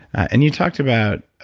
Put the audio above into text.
and you talked about,